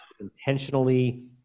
intentionally